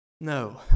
No